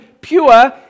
pure